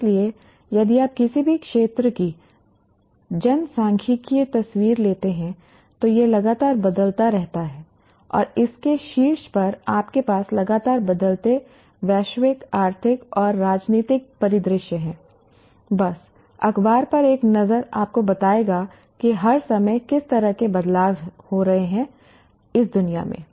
इसलिए यदि आप किसी भी क्षेत्र की जनसांख्यिकीय तस्वीर लेते हैं तो यह लगातार बदलता रहता है और इसके शीर्ष पर आपके पास लगातार बदलते वैश्विक आर्थिक और राजनीतिक परिदृश्य हैं बस अखबार पर एक नज़र आपको बताएगा कि हर समय किस तरह के बदलाव हो रहे हैं आज की दुनिया में